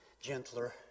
gentler